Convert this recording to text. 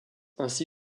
ainsi